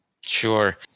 Sure